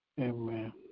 Amen